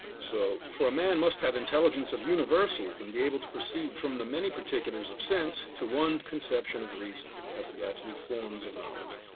so, for a man must have intelligence of universals and be able to proceed from the many particulars of sense, to one conception of reason. that's the absolute forms of knowledge.